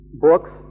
books